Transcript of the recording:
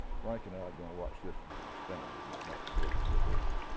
frank and i are going to watch this from the stands. would you like to go up and sit with us?